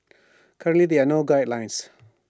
currently there are no guidelines